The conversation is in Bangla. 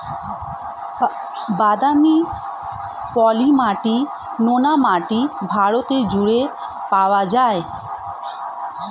বাদামি, পলি মাটি, নোনা মাটি ভারত জুড়ে পাওয়া যায়